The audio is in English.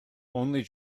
only